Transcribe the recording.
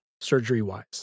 surgery-wise